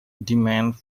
demands